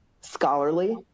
scholarly